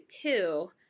Two